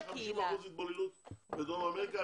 מפריע לי שיש 50% התבוללות בדרום אמריקה,